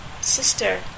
sister